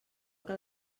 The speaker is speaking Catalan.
que